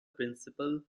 principal